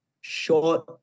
short